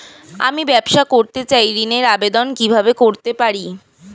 আমি ব্যবসা করতে চাই ঋণের আবেদন কিভাবে করতে পারি?